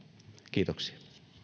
kiitoksia